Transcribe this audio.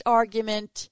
argument